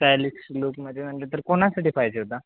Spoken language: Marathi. स्टॅलिक्स लूकमध्ये म्हटलं तर कोणासाठी पाहिजे होता